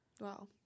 Wow